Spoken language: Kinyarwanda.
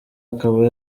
akaba